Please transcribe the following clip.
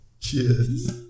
Cheers